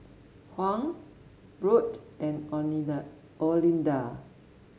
Hung Brent and Olinda Olinda